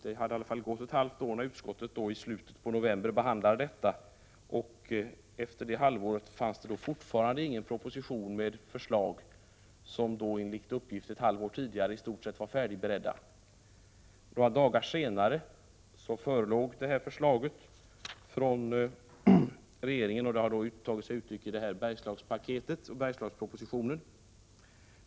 Det hade gått ett halvt år när utskottet i november behandlade 155 frågan, och efter det halvåret fanns det fortfarande ingen proposition med förslag, som enligt uppgift hade legat färdigberedda ett halvt år tidigare. Några dagar efter utskottets sammanträde förelåg det nuvarande förslaget från regeringen, vilket har tagit sig i uttryck i Bergslagspaketet och Bergslagspropositionen.